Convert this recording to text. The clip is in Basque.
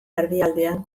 erdialdean